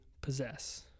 possess